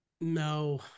No